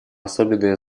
особенное